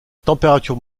température